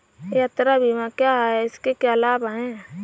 यात्रा बीमा क्या है इसके क्या लाभ हैं?